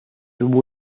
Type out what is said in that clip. tuvo